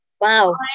Wow